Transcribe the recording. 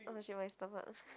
oh shit my stomach